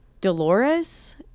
Dolores